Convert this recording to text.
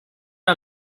una